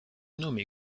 nommé